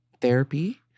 therapy